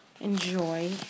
enjoy